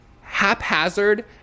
haphazard